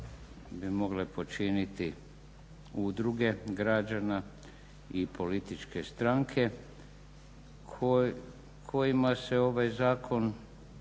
bi mogle počiniti udruge građana i političke stranke kojima se ovaj zakon